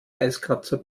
eiskratzer